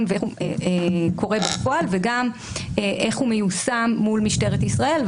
ואיך הוא קורה בפועל וגם איך הוא מיושם מול משטרת ישראל.